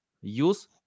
use